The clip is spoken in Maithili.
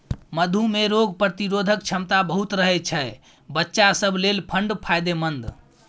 मधु मे रोग प्रतिरोधक क्षमता बहुत रहय छै बच्चा सब लेल बड़ फायदेमंद